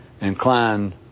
inclined